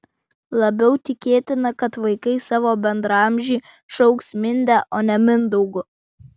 labiau tikėtina kad vaikai savo bendraamžį šauks minde o ne mindaugu